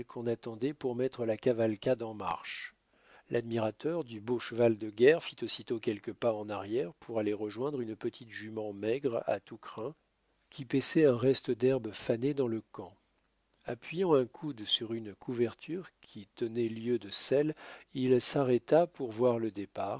qu'on attendait pour mettre la cavalcade en marche l'admirateur du beau cheval de guerre fit aussitôt quelques pas en arrière pour aller rejoindre une petite jument maigre à tous crins qui paissait un reste d'herbe fanée dans le camp appuyant un coude sur une couverture qui tenait lieu de selle il s'arrêta pour voir le départ